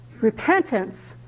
repentance